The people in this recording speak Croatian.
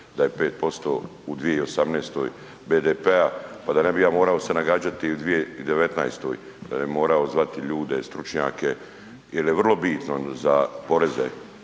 da je 5% u 2018. BDP-a, pa da ne bi ja morao se nagađati u 2019. morao zvati ljude, stručnjake jel je vrlo bitno za poreze